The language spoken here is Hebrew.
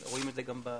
רואים את זה גם בנייר,